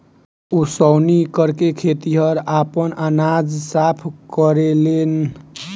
ओसौनी करके खेतिहर आपन अनाज साफ करेलेन